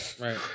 Right